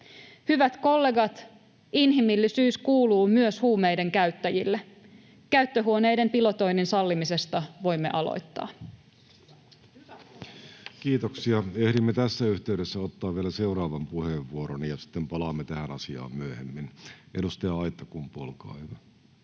Hyvät kollegat! Inhimillisyys kuuluu myös huumeiden käyttäjille. Käyttöhuoneiden pilotoinnin sallimisesta voimme aloittaa. Kiitoksia. — Ehdimme tässä yhteydessä ottaa vielä seuraavan puheenvuoron, ja sitten palaamme tähän asiaan myöhemmin. — Edustaja Aittakumpu, olkaa hyvä.